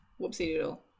Whoopsie-doodle